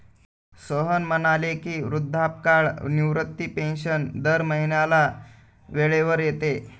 सोहन म्हणाले की, वृद्धापकाळ निवृत्ती पेन्शन दर महिन्याला वेळेवर येते